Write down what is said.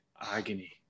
agony